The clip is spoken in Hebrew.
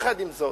עם זאת,